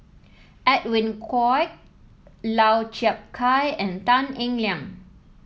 Edwin Koek Lau Chiap Khai and Tan Eng Liang